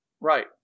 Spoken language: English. Right